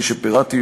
כפי שפירטתי,